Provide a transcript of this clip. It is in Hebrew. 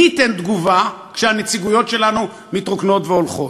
מי ייתן תגובה כשהנציגויות שלנו מתרוקנות והולכות?